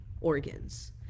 organs